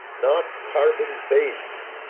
not carbon based